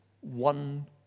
one